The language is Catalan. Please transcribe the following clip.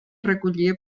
recollia